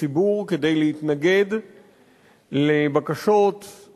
הציבור להתנגד לבקשות